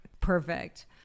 Perfect